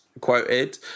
quoted